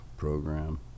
Program